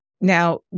now